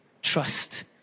Trust